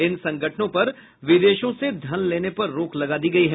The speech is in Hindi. इन संगठनों पर विदेशों से धन लेने पर रोक लगा दी गई है